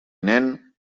nen